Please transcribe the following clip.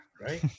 right